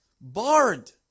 barred